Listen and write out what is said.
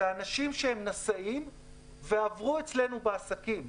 זה אנשים שהם נשאים ועברו אצלנו בעסקים.